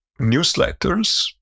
newsletters